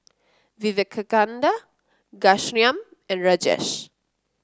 Vivekananda Ghanshyam and Rajesh